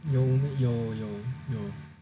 有有有